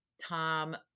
Tom